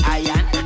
iron